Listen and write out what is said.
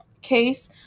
case